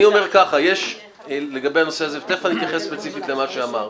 אני אומר כך: יש לגבי הנושא הזה ותיכף אני אתייחס ספציפית למה שאמרת.